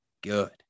good